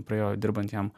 praėjo dirbant jam